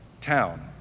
town